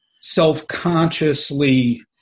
self-consciously